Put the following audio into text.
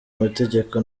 amategeko